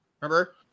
Remember